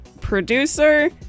producer